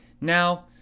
Now